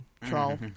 Troll